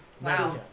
Wow